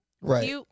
Right